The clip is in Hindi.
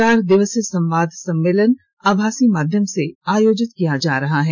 चार दिवसीय संवाद सम्मेलन आभासी माध्यम से आयोजित किया जा रहा है